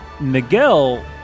Miguel